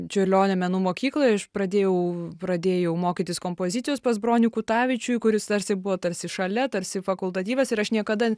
čiurlionio menų mokykloj aš pradėjau pradėjau mokytis kompozicijos pas bronių kutavičių kuris tarsi buvo tarsi šalia tarsi fakultatyvas ir aš niekada